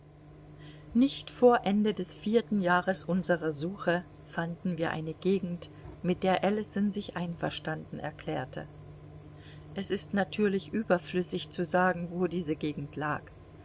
nicht vor ende des vierten jahres unsrer suche fanden wir eine gegend mit der ellison sich einverstanden erklärte es ist natürlich überflüssig zu sagen wo diese gegend lag